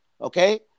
okay